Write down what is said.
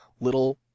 little